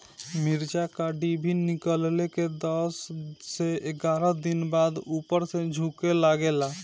मिरचा क डिभी निकलले के दस से एग्यारह दिन बाद उपर से झुके लागेला?